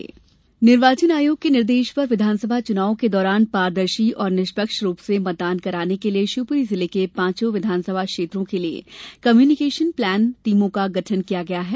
शिवपुरी मतदान निर्वाचन आयोग के निर्देश पर विधानसभा चुनावों के दौरान पारदर्शी एवं निष्पक्ष रूप से मतदान कराने के लिए शिवपूरी जिले के पांचों विधानसभा क्षेत्रों के लिए कम्युनिकेश प्लान टीमों का गठन किया गया है